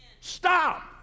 stop